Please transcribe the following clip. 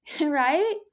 right